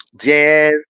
Jazz